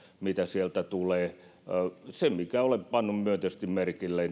mitä sieltä tulee minkä olen pannut myönteisesti merkille